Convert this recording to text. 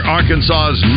Arkansas's